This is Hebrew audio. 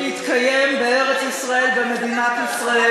עם ישראל ימשיך להתקיים בארץ-ישראל, במדינת ישראל.